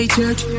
Church